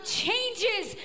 changes